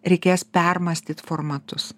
reikės permąstyti formatus